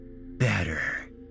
Better